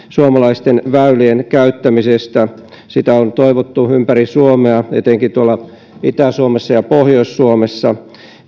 suomalaisten väylien käyttämisestä sitä on toivottu ympäri suomea etenkin itä suomessa ja pohjois suomessa